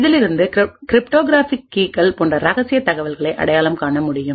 இதிலிருந்து கிரிப்டோகிராஃபிக் கீகள்c போன்ற ரகசிய தகவல்களை அடையாளம் காண முடியும்